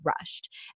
rushed